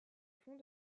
fond